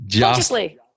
consciously